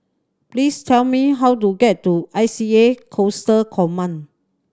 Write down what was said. please tell me how to get to I C A Coastal Command